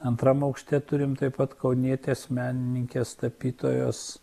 antram aukšte turim taip pat kaunietės menininkės tapytojos